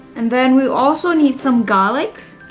and then we also need some garlics.